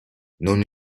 non